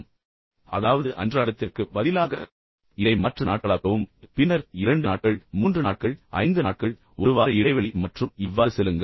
அதாவது அதாவது அன்றாடத்திற்கு பதிலாக இதை மாற்று நாட்களாக்கவும் பின்னர் 2 நாட்கள் 3 நாட்கள் 5 நாட்கள் ஒரு வார இடைவெளி மற்றும் இவ்வாறு செல்லுங்கள்